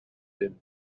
him